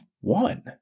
one